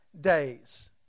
days